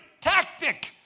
tactic